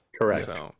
Correct